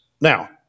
Now